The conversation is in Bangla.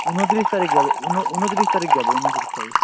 উনত্রিশ তারিখ যাব উনত্রিশ তারিখ যাব উনত্রিশ তারিখ